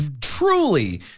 truly